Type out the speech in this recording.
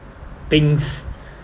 things